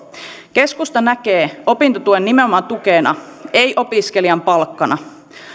keskusta näkee opintotuen nimenomaan tukena ei opiskelijan palkkana